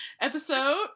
episode